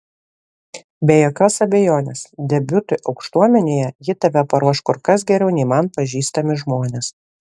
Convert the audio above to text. be jokios abejonės debiutui aukštuomenėje ji tave paruoš kur kas geriau nei man pažįstami žmonės